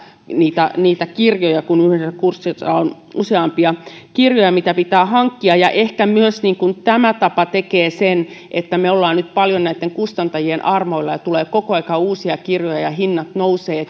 niitä niitä kirjoja kun yhdellä kurssilla on useampia kirjoja mitä pitää hankkia ja ehkä myös tämä tapa tekee sen että me olemme nyt paljon näitten kustantajien armoilla ja tulee koko ajan uusia kirjoja ja hinnat nousevat